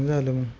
झालं मग